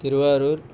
Thiruvarur